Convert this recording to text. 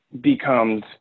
becomes –